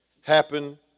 happen